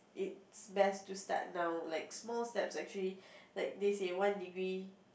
it's best to start now like small steps actually that this is one degree